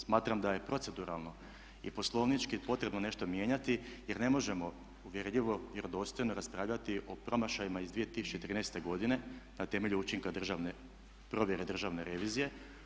Smatram da je proceduralno i poslovnički potrebno nešto mijenjati, jer ne možemo uvjerljivo, vjerodostojno raspravljati o promašajima iz 2013. godine na temelju učinka provjere Državne revizije.